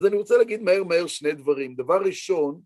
אז אני רוצה להגיד מהר-מהר שני דברים. דבר ראשון,